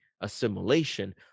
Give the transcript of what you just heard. assimilation